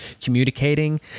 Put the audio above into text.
communicating